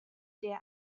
der